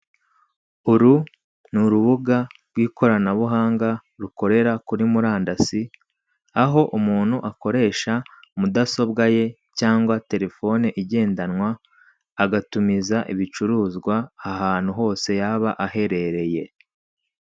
Uru ni urubuga rw'ikoranabuhanga rukorera kuri murandasi, aho umuntu akoresha mudasobwa ye cyangwa telefone igendanwa, agatumiza ibicuruzwa ahantu hose yaba aherereye.